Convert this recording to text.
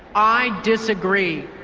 i disagree.